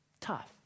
Tough